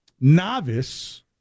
novice